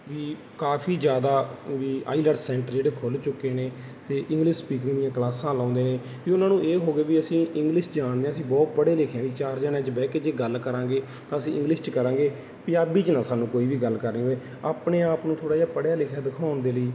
ਵੀ ਕਾਫੀ ਜ਼ਿਆਦਾ ਵੀ ਆਈਲੈਟਸ ਸੈਂਟਰ ਜਿਹੜੇ ਖੁੱਲ੍ਹ ਚੁੱਕੇ ਨੇ ਅਤੇ ਇੰਗਲਿਸ਼ ਸਪੀਕਿੰਗ ਦੀਆਂ ਕਲਾਸਾਂ ਲਾਉਂਦੇ ਨੇ ਵੀ ਉਹਨਾਂ ਨੂੰ ਇਹ ਹੋ ਗਿਆ ਵੀ ਅਸੀਂ ਇੰਗਲਿਸ਼ ਜਾਣਦੇ ਹਾਂ ਅਸੀਂ ਬਹੁਤ ਪੜ੍ਹੇ ਲਿਖੇ ਹਾਂ ਵੀ ਚਾਰ ਜਣਿਆਂ 'ਚ ਬਹਿ ਕੇ ਜੇ ਗੱਲ ਕਰਾਂਗੇ ਤਾਂ ਅਸੀਂ ਇੰਗਲਿਸ਼ 'ਚ ਕਰਾਂਗੇ ਪੰਜਾਬੀ 'ਚ ਨਾ ਸਾਨੂੰ ਕੋਈ ਵੀ ਗੱਲ ਕਰਨੀ ਪਵੇ ਆਪਣੇ ਆਪ ਨੂੰ ਥੋੜ੍ਹਾ ਜਿਹਾ ਪੜ੍ਹਿਆ ਲਿਖਿਆ ਦਿਖਾਉਣ ਦੇ ਲਈ